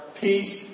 peace